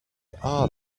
hard